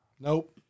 Nope